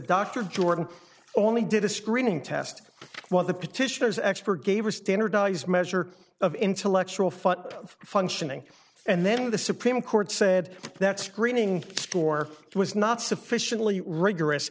dr jordan only did a screening test while the petitioners expert gave a standardized measure of intellectual fun functioning and then the supreme court said that screening for it was not sufficiently rigorous